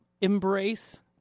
embrace